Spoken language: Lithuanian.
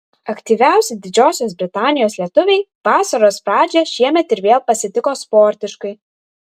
aktyviausi didžiosios britanijos lietuviai vasaros pradžią šiemet ir vėl pasitiko sportiškai